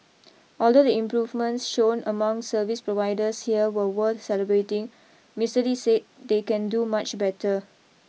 although the improvements shown among service providers here were worth celebrating Mister Lee said they can do much better